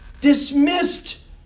dismissed